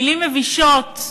מילים מבישות,